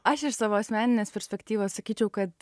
aš iš savo asmeninės perspektyvos sakyčiau kad